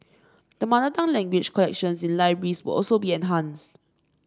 the mother tongue language collections in libraries will also be enhanced